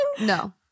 No